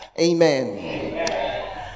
Amen